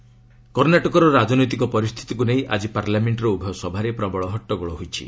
parliament କର୍ଷ୍ଣାଟକର ରାଜନୈତିକ ପରିସ୍ଥିତିକୁ ନେଇ ଆଜି ପାର୍ଲାମେଣ୍ଟର ଉଭୟ ସଭାରେ ପ୍ରବଳ ହଟ୍ଟଗୋଳ ହୋଇଛି